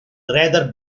rather